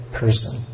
person